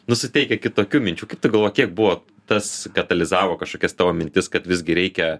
nu suteikia kitokių minčių kaip tu galvoji kiek buvo tas katalizavo kažkokias tavo mintis kad visgi reikia